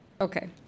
Okay